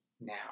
now